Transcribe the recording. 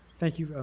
thank you.